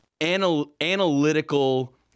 analytical